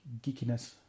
geekiness